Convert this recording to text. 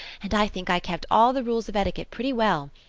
and i think i kept all the rules of etiquette pretty well.